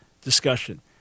discussion